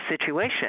situation